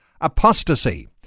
apostasy